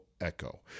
Echo